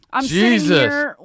Jesus